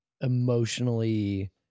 emotionally